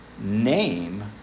name